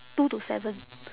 two to seven